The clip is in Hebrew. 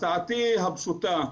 הצעתי הפשוטה,